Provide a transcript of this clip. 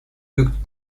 looked